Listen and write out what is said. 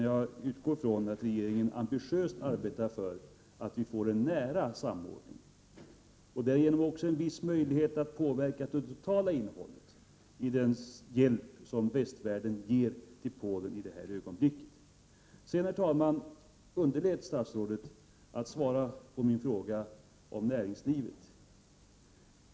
Jag utgår från att regeringen ambitiöst arbetar för en nära samordning och därigenom också en viss möjlighet att påverka det totala innehållet i den hjälp som västvärlden i det här ögonblicket ger till Polen. Herr talman! Statsrådet underlät att svara på min fråga om näringslivet.